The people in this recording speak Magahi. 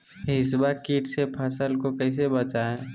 हिसबा किट से फसल को कैसे बचाए?